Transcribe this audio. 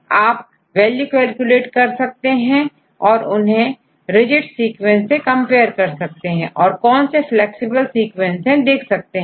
आप value calculate कर सकते हैं और इन्हेंrigid सीक्वेंस से कंपेयर कर सकते हैं और कौन से फ्लैक्सिबल सीक्वेंस है देख सकते हैं